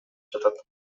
жатат